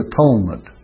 Atonement